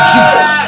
Jesus